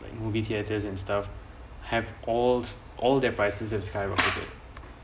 like movie theatres and stuff have all all their prices have skyrocketed